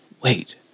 Wait